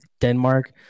Denmark